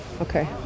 okay